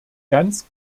ganz